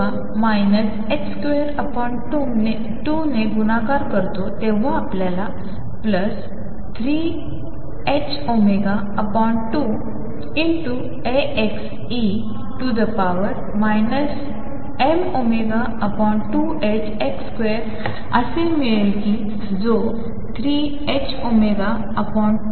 जेव्हा आपण 22mने गुणाकार करतो तेव्हा आपल्याला 3ℏω2Axe mω2ℏx2असे मिळेल जे कि 3ℏω2ψ